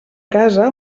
casa